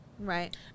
Right